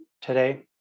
today